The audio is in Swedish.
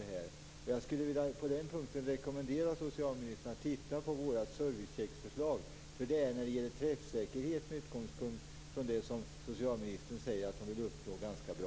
På den punkten skulle jag vilja rekommendera socialministern att titta närmare på våra förslag om servicecheckar. Träffsäkerheten med utgångspunkt i det som socialministern säger att hon vill uppnå är där ganska bra.